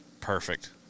perfect